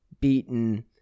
beaten